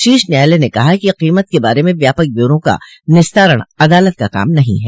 शीर्ष न्यायालय ने कहा कि कोमत के बारे में व्यापक ब्यौरों का निस्तारण अदालत का काम नहीं है